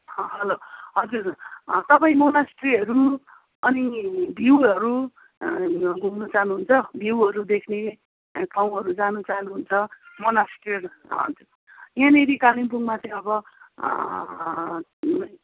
hello हजुर तपाईँ मोनेस्ट्रीहरू अनि भ्यूहरू घुम्न जानुहुन्छ भ्यूहरू देख्ने ठाउँहरू जान चाहनुहुन्छ मनेस्ट्रीहरू यहाँनेरि कालिम्पोङमा चाहिँ अब